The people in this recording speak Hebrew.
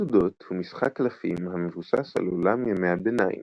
מצודות הוא משחק קלפים המבוסס על עולם ימי הביניים.